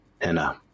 Anna